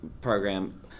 program